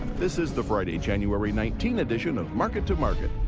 this is the friday, january nineteen edition of market to market,